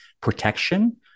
protection